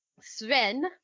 Sven